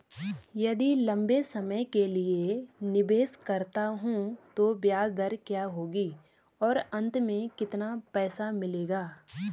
यदि लंबे समय के लिए निवेश करता हूँ तो ब्याज दर क्या होगी और अंत में कितना पैसा मिलेगा?